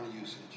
usage